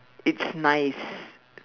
it's nice